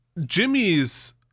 Jimmy's